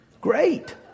Great